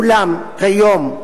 אולם כיום,